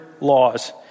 laws